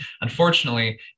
unfortunately